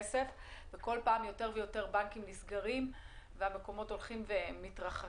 וכל פעם יותר ויותר בנקים נסגרים והמקומות הולכים ומתרחקים.